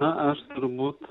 na aš turbūt